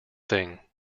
thing